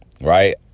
right